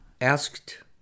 Asked